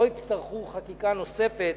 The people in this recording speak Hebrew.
לא יצטרכו חקיקה נוספת